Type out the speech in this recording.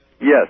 Yes